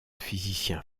physicien